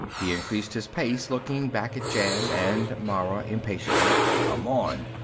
he increased his pace, looking back at jan and mara impatiently. come on!